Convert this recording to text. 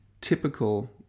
typical